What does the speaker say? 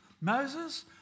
Moses